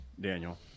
Daniel